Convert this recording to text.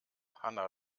hanna